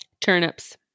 Turnips